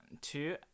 two